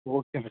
okay